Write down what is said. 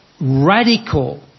radical